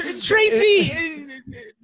Tracy